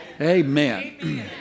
Amen